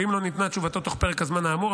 ואם לא ניתנה תשובתו בתוך פרק הזמן האמור,